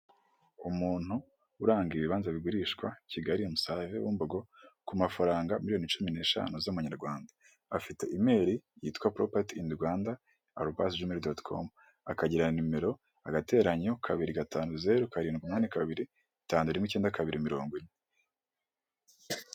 Umuntu uranga ibibanza bigurishwa Kigali Musave Bumbogo ku mafaranga miliyoni cumi n'eshanu z'amanyarwanda, afite imeri, yitwa poropati, ini Rwanda arubaze gimayiri doti komo, akagira nimero agatenyo kabiri gatanu zeru karindwi umunani kabiri gatanu rimwe ikenda kabiri mirongo ine.